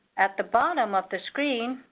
at the bottom of the screen,